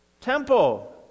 temple